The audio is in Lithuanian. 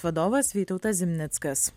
vadovas vytautas zimnickas